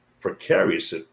precarious